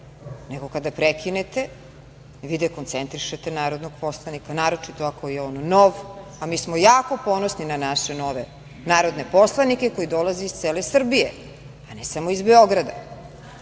nego kada prekinete, vi dekoncentrišete narodnog poslanika, naročito ako je on nov, a mi smo jako ponosni na naše nove narodne poslanike koji dolaze iz cele Srbije, a ne samo iz Beograda. Vi